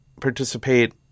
participate